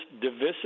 divisive